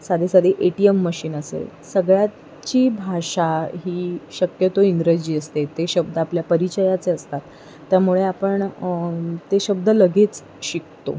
साधी साधी A T M machine असेल सगळ्याची भाषा ही शक्यतो इंग्रजी असते ते शब्द आपल्या परिचयाचे असतात त्यामुळे आपण ते शब्द लगेच शिकतो